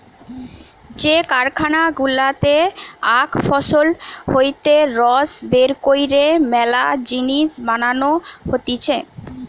যে কারখানা গুলাতে আখ ফসল হইতে রস বের কইরে মেলা জিনিস বানানো হতিছে